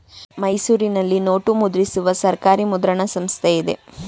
ಮೈಸೂರಿನಲ್ಲಿ ನೋಟು ಮುದ್ರಿಸುವ ಸರ್ಕಾರಿ ಮುದ್ರಣ ಸಂಸ್ಥೆ ಇದೆ